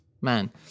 Man